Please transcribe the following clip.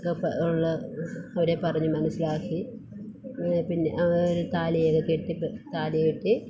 ഉള്ള അവരെ പറഞ്ഞു മനസ്സിലാക്കി പിന്നെ താലിയൊക്കെ കെട്ടി ക താലി കെട്ടി